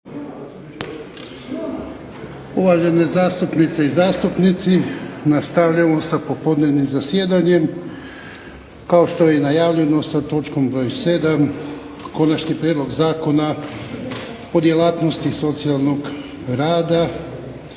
Uvažene zastupnice i zastupnici nastavljamo sa popodnevnim zasjedanjem kao što je najavljeno sa točkom broj 7. - Konačni prijedlog zakona o djelatnosti socijalnog rada,